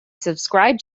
subscribe